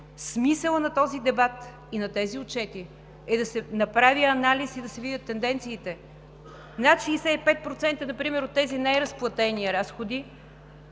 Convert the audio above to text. Смисълът на този дебат и на тези отчети е да се направи анализ и да се видят тенденциите. Над 65%, например, от тези неразплатени разходи,